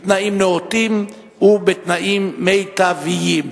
בתנאים נאותים ובתנאים מיטביים.